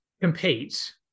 compete